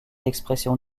expressions